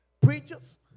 Preachers